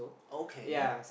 okay